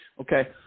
okay